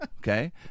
okay